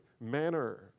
manner